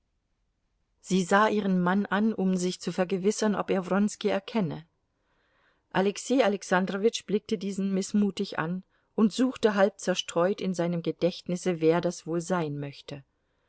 sie sah ihren mann an um sich zu vergewissern ob er wronski erkenne alexei alexandrowitsch blickte diesen mißmutig an und suchte halb zerstreut in seinem gedächtnisse wer das wohl sein möchte